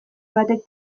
batek